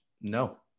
no